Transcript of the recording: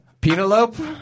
Penelope